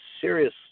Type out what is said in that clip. serious